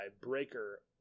Breaker